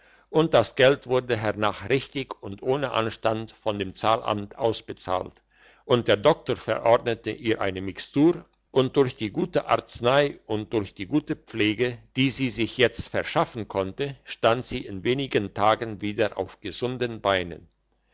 und das geld wurde hernach richtig und ohne anstand von dem zahlamt ausbezahlt und der doktor verordnete ihr eine mixtur und durch die gute arznei und durch die gute pflege die sie sich jetzt verschaffen konnte stand sie in wenig tagen wieder auf gesunden beinen